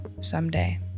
someday